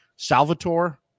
Salvatore